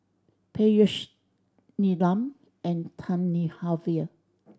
Peyush Neelam and Thamizhavel